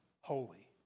holy